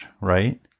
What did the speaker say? right